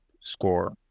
score